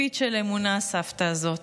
לפיד של אמונה, הסבתא הזאת.